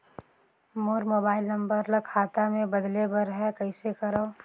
मोर mobile number ल खाता मे बदले बर हे कइसे करव?